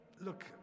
Look